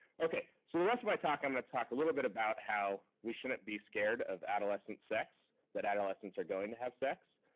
so the rest of my talk i'm gonna talk a little bit about how we shouldn't be scared of adolescent sex, that adolescents are going to have sex.